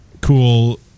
cool